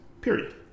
Period